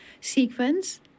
sequence